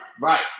right